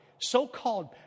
So-called